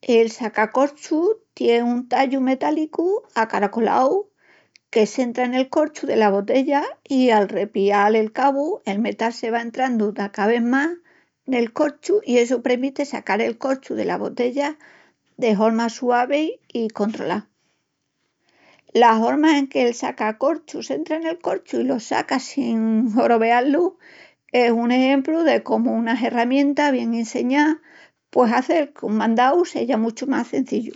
El sacacorchus tie un tallu metálicu acaracolau que s'entra nel corchu dela botella, i al repial el cabu, el metal se va entrandu d'a ca vés más nel corchu, i essu premiti sacal el corchu dela botella de horma suavi i controlá. La horma en que'l sacacorchus s'entra nel corchu i lo saca sin horobeá-lu es un exempru de cómu una herramienta bien inseñá pué hazel qu'un mandau seya munchu más cenzillu.